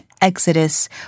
exodus